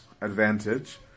advantage